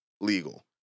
legal